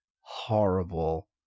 horrible